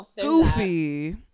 Goofy